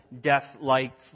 death-like